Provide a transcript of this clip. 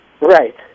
Right